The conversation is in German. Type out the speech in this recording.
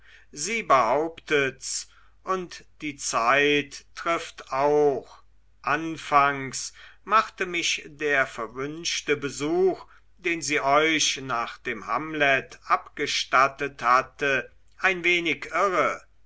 sie behauptet's und die zeit trifft auch anfangs machte mich der verwünschte besuch den sie euch nach dem hamlet abgestattet hatte ein wenig irre